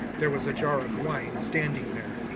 there was a jar of wine standing there.